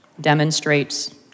demonstrates